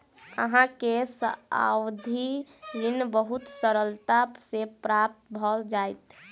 अहाँ के सावधि ऋण बहुत सरलता सॅ प्राप्त भ जाइत